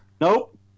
Nope